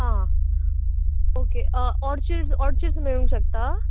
आं okay Archies Archies मेळूंक शकता